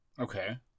okay